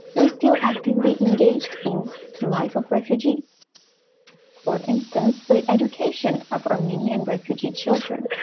were still actively engaged in the life of refugees for instance, the education of armenian refugee children